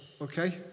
Okay